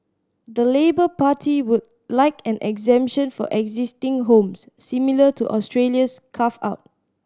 the Labour Party would like an exemption for existing homes similar to Australia's carve out